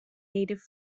native